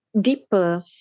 deeper